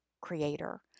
creator